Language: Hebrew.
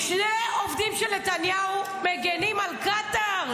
שני עובדים של נתניהו מגינים על קטר.